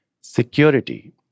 security